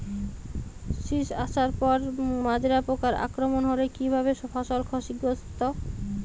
শীষ আসার পর মাজরা পোকার আক্রমণ হলে কী ভাবে ফসল ক্ষতিগ্রস্ত?